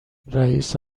رییس